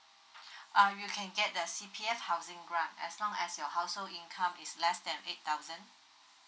uh you can get the C_P_F housing grant as long as your household income is less than eight thousand